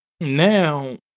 now